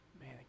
Man